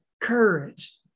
courage